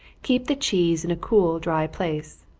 keep the cheese in a cool, dry place.